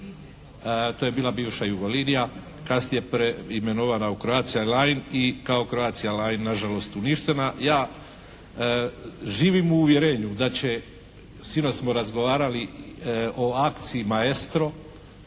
To je bila bivša Jugolinija, kasnije preimenovana u Croatica line i kao Croatia line na žalost uništena. Ja živim u uvjerenju da će, sinoć smo razgovarali o akciji "Maestro"